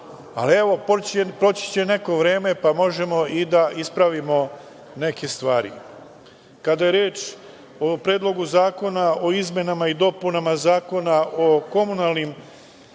ali evo, proći će neko vreme, pa možemo i da ispravimo neke stvari. Kada je reč o Predlogu zakona o izmenama i dopunama Zakona o komunalnim